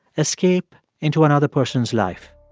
escape into another person's life.